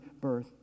birth